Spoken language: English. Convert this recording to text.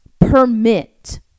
permit